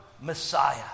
Messiah